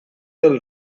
del